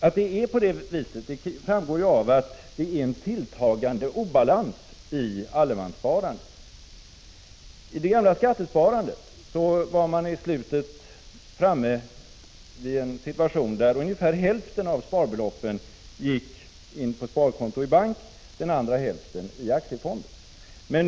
Att det är så framgår av att det är en tilltagande obalans i allemanssparandet. I det gamla skattesparandet var man på slutet framme vid en situation där ungefär hälften av sparbeloppen gick in på sparkonto i bank och den andra hälften gick in i aktiefonder.